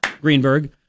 Greenberg